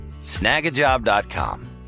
Snagajob.com